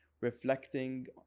reflecting